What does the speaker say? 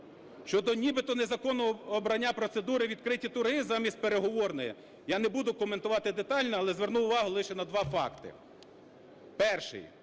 Щодо нібито незаконного обрання процедури "відкриті торги" замість переговорної. Я не буду коментувати детально, але зверну увагу лише на два факти. Перший: